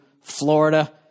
Florida